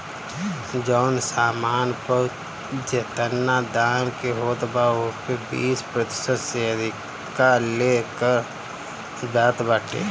जवन सामान पअ जेतना दाम के होत बा ओपे बीस प्रतिशत से अधिका ले कर लेहल जात बाटे